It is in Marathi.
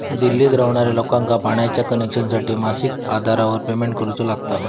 दिल्लीत रव्हणार्या लोकांका पाण्याच्या कनेक्शनसाठी मासिक आधारावर पेमेंट करुचा लागता